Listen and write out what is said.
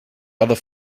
other